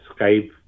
Skype